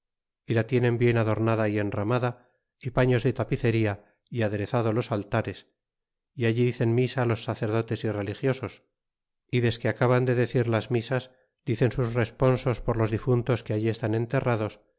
y la tienen bien adornada y enramada y paños de tapice na y aderezado los altares y allí dicen misa los sacerdotes y religiosos y desque acaban de decir las misas dicen sus responsos por los difuntos que allí estan enterrados